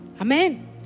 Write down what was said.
Amen